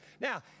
Now